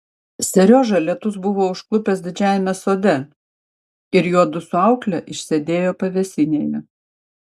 seriožą lietus buvo užklupęs didžiajame sode ir juodu su aukle išsėdėjo pavėsinėje